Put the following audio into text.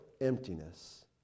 emptiness